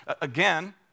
again